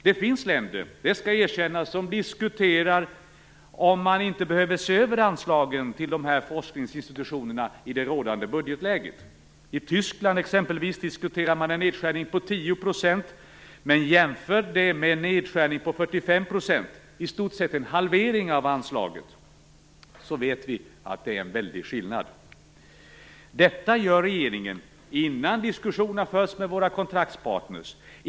Det finns länder - det skall erkännas - där man diskuterar om man inte i det rådande budgetläget behöver se över anslagen till de här forskningsinstitutionerna. I Tyskland exempelvis diskuterar man en nedskärning på 10 %, men jämför det med en nedskärning på 45 %, i stort sett en halvering av anslagen. Det är en väldig skillnad. Detta gör regeringen innan diskussioner har förts med våra kontraktspartner.